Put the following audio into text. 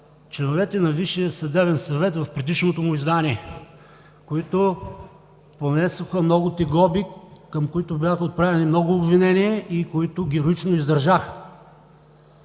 членовете на Висшия съдебен съвет в предишното му издание, които понесоха много тегоби, към които бяха отправени много обвинения и които героично издържаха.